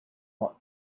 not